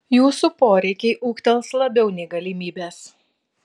jūsų poreikiai ūgtels labiau nei galimybės